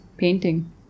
Painting